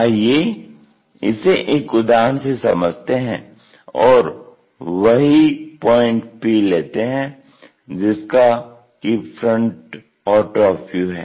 आइये इसे एक उदाहरण से समझते हैं और वही पॉइंट P लेते हैं जिसका कि फ्रंट और टॉप व्यू है